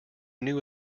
new